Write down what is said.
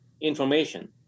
information